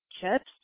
chips